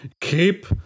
Keep